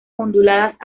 onduladas